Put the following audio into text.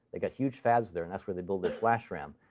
they've got huge fabs there, and that's where they build their flash ram.